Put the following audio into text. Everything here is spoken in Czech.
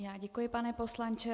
Já děkuji, pane poslanče.